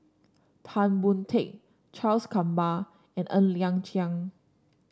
Tan Boon Teik Charles Gamba and Ng Liang Chiang